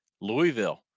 Louisville